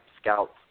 scouts